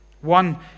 One